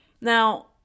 now